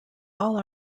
all